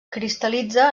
cristal·litza